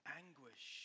anguish